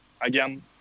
again